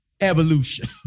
evolution